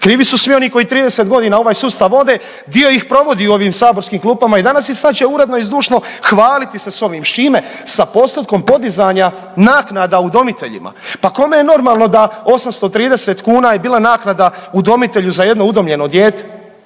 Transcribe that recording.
krivi su svi oni koji 30 godina ovaj sustav vode, dio ih provodi u ovim saborskim klupama i danas i sad će uredno i zdušno hvaliti se s ovim. S čime? Sa postotkom podizanja naknada udomiteljima. Pa kome je normalno da 830 kuna je bila naknada udomitelju za jedno udomljeno dijete